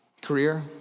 Career